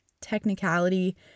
technicality